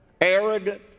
arrogant